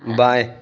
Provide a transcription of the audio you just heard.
बाएं